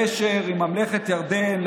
אני רוצה לברך על חידוש והידוק הקשר עם ממלכת ירדן,